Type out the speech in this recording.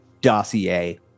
dossier